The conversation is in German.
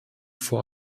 vor